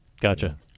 gotcha